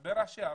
הרבה ראשי ערים,